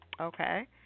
Okay